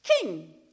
king